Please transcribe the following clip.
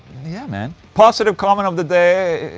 yeah man positive comment of the day